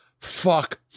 fuck